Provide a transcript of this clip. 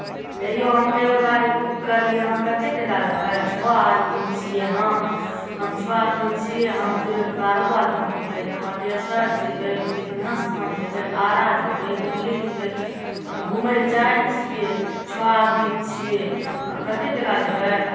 हे यौ हम तऽ एगो गाड़ी बुक करलियै हँ कते टका लेबै छओ आदमी छियै हम हम छओ आदमी छियै हम जेबै कारुबाथ घुमय लए मटेश्वर जेबै विजनास्थान जेबै आरा जेबै मुरली जेबै हम घुमय लए चाहै छियै छओ आदमी छियै आ कते टका लेबै